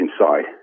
inside